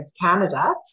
Canada